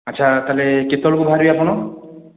ଆଚ୍ଛା ତା'ହେଲେ କେତେବେଳକୁ ବାହାରିବେ ଆପଣ